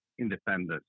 Independence